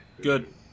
Good